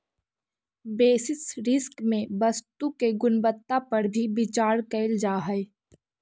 basis risk में वस्तु के गुणवत्ता पर भी विचार कईल जा हई